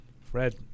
Fred